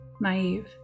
naive